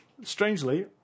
Strangely